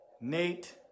Nate